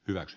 hyväksi